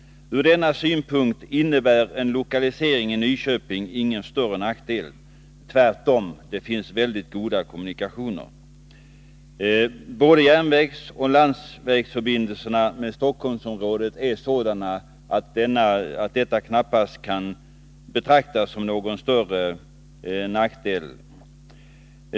Från denna synpunkt innebär en lokalisering i Nyköping ingen större nackdel, tvärtom — det finns mycket goda kommunikationer. Både järnvägsoch landsvägsförbindelserna med Stockholmsområdet är sådana att avståndet till Stockholm knappast kan betraktas som någon större nackdel.